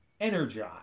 energize